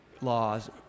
laws